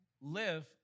live